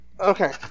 Okay